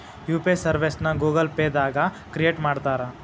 UPI ಸರ್ವಿಸ್ನ Google Pay ದಾಗ create ಮಾಡ್ತಾರಾ